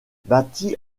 bâtie